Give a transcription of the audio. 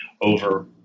over